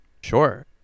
Sure